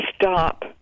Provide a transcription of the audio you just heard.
stop